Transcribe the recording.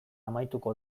amaituko